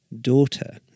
daughter